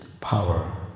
power